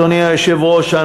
אדוני היושב-ראש,